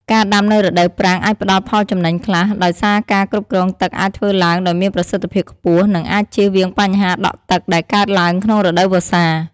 ការដាំនៅរដូវប្រាំងអាចផ្តល់ផលចំណេញខ្លះ ដោយសារការគ្រប់គ្រងទឹកអាចធ្វើឡើងដោយមានប្រសិទ្ធភាពខ្ពស់ និងអាចជៀសវាងបញ្ហាដក់ទឹកដែលកើតឡើងក្នុងរដូវវស្សា។